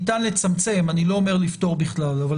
ניתן לצמצם אני לא אומר לפתור בכלל אבל